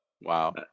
wow